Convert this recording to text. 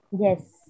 Yes